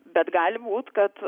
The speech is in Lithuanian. bet gali būt kad